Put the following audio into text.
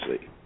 see